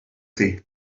thi